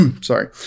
Sorry